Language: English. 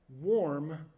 warm